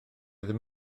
ddim